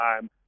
time